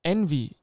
Envy